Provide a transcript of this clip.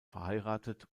verheiratet